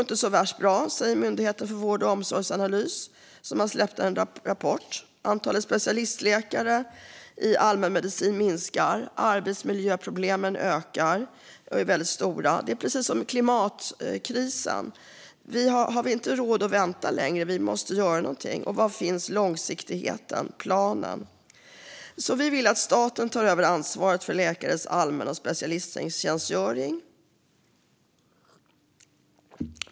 Inte så värst bra, säger Myndigheten för vård och omsorgsanalys, som har släppt en rapport. Antalet specialistläkare i allmänmedicin minskar, och arbetsmiljöproblemen är stora. Precis som med klimatkrisen har vi inte råd att vänta längre, utan vi måste göra något. Var finns långsiktigheten och planen? Vi vill att staten ska ta över ansvaret för läkares allmän och specialisttjänstgöring.